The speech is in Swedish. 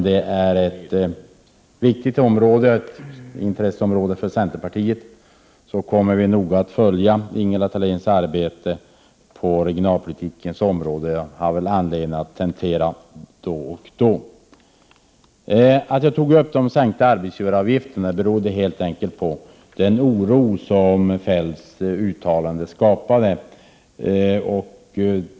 Det är ett viktigt område och ett intresseområde för centerpartiet. Vi kommer noga att följa Ingela Thaléns arbete på regionalpolitikens område, och det finns väl anledning till tentamen då och då. Att jag tog upp de sänkta arbetsgivaravgifterna berodde helt enkelt på den oro som Kjell-Olof Feldts uttalande skapade.